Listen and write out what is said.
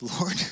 Lord